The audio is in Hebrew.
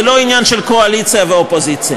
זה לא עניין של קואליציה ואופוזיציה.